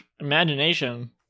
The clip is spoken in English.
imagination